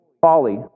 folly